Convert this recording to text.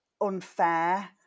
unfair